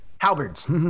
Halberds